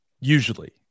usually